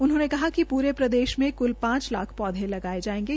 उन्होंने कहा कि पूरे प्रदेश में कुल पांच लाख पौधे लगाये जायेंगे